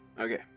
Okay